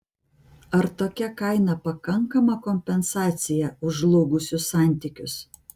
ar tokia kaina pakankama kompensacija už žlugusius santykius